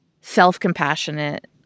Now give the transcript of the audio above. self-compassionate